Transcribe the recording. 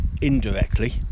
indirectly